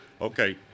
Okay